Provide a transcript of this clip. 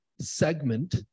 segment